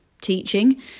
teaching